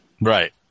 Right